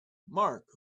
marc